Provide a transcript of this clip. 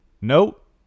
Nope